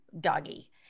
doggy